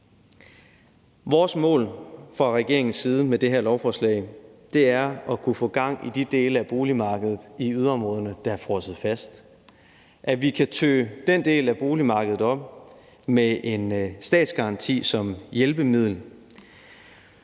er fra regeringens side at kunne få gang i de dele af boligmarkedet i yderområderne, der er frosset fast; at vi kan tø den del af boligmarkedet op med en statsgaranti som hjælpemiddel,